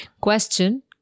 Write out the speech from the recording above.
Question